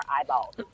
eyeballs